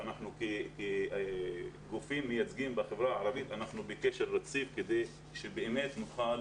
אנחנו כגופים מייצגים בחברה הערבית כדי שבאמת נוכל